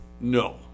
No